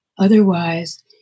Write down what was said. Otherwise